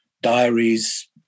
diaries